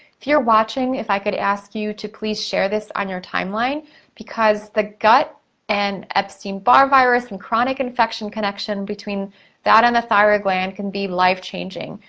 if you're watching, if i could ask you to please share this on your timeline because the gut and epstein-barr virus and chronic infection connection between that and the thyroid gland can be life changing.